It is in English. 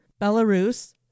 Belarus